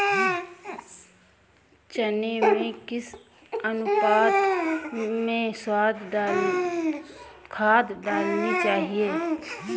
चने में किस अनुपात में खाद डालनी चाहिए?